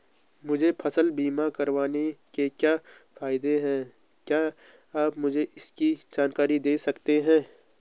मुझे फसल बीमा करवाने के क्या फायदे हैं क्या आप मुझे इसकी जानकारी दें सकते हैं?